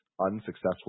Unsuccessful